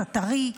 הטרי.